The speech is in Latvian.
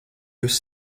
jūs